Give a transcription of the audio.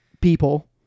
people